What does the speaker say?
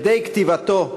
הדי כתיבתו,